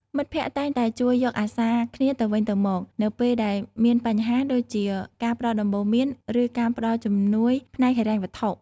មិត្តភក្តិតែងតែជួយយកអាសាគ្នាទៅវិញទៅមកនៅពេលដែលមានបញ្ហា ដូចជាការផ្តល់ដំបូន្មានឬការផ្តល់ជំនួយផ្នែកហិរញ្ញវត្ថុ។